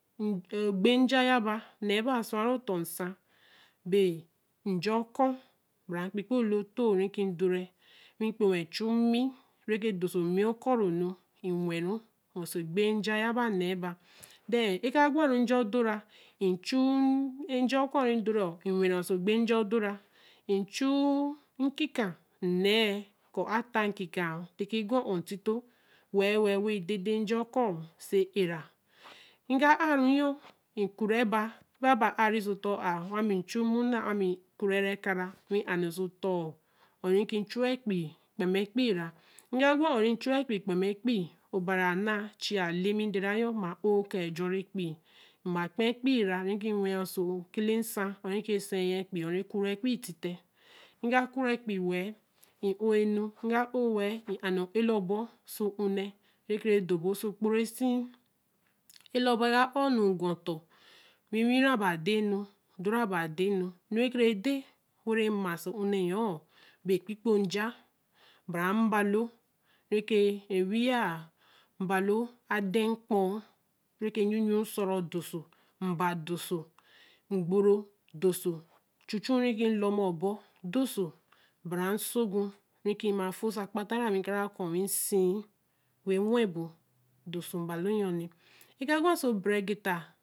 Egbeja ya ba a sio ware o tor nsan, be, nja, o-cor, ba ra nkpei-kpe oloto re ki dore weii kpe-wen mii rr-ke dõ sõ mii cure õnu, n-wen-re, wen egbeja nẽe ba, tha e-kã gwa re nja odora, n-chu nja o-cor-re dõ rẽ wen so evbeja odore n-chu ekika nne, koo a tia nkica tte ki gwa o-or tito, wemwem wen den-den nja óvor ó se érá ígá áh ru yór, ícú-re-ba, be-ba áh ré, só otor ah, í chu ḿon wá mi kure ra ká ma, weii o-ór ré ki chu-wa kpei kpemá kpeí, obari ánna chi á le mi den-re-yo, ma ó ór kaa jure kpei, ma kpe kpei re wen ya so ke-le nsan, re i ga kire kpei wen, i ónu i ga ɔnu weh, i ah nn̄e oléla bó, ósó hulé, re ke re da bo so kpo re sie ele bo kagwa ota wii wire ba den nu ōdorē a dēn nu nure den be nja ba ra ba, re ke weii mbalo u ele n kpor re ke yur yui sūru̱ tor sō nba tor so ngbōrō tor sō chun- chun re ki lō mo ȯbȯ, bu ra so gu, re ki ma fȯ sē ākpā ra weii sie, tor so ma lo yor